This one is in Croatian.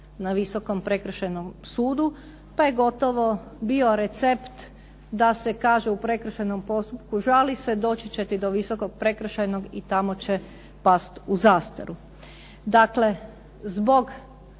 na Visokom prekršajnom sudu. Da je gotovo bio recept da se kaže u prekršajnom postupku žali se, doći će ti do Visokog prekršajnog i tamo će past u zastaru. Dakle, zbog